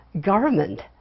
government